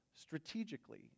strategically